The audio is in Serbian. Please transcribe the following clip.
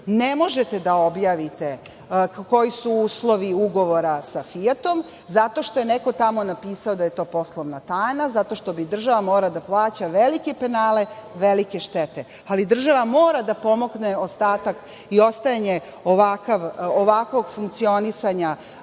Ne možete da objavite koji su uslovi ugovora sa Fijatom zato što je neko tamo napisao da je to poslovna tajna, zato bi država morala da plaća velike penale, velike štete, ali država mora da pomogne ostatak i ostajanje ovakvog funkcionisanja